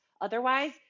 Otherwise